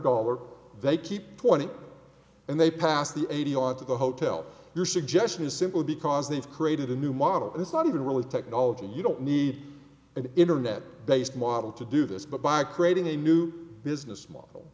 dollars they keep twenty and they pass the eighty on to the hotel your suggestion is simple because they've created a new model it's not even really technology you don't need an internet based model to do this but by creating a new business model